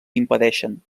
impedeixen